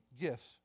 gifts